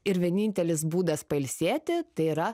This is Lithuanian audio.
ir vienintelis būdas pailsėti tai yra